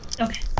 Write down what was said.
Okay